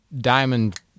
Diamond